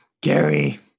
Gary